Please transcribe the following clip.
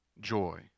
joy